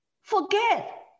forget